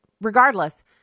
regardless